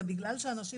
זה בגלל שאנשים